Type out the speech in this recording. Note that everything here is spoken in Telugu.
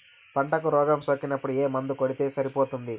పంటకు రోగం సోకినపుడు ఏ మందు కొడితే సరిపోతుంది?